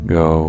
go